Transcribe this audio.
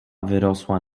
wyrosła